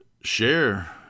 share